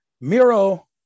Miro